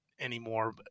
anymore